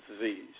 disease